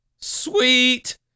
sweet